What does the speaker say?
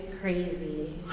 crazy